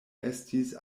estis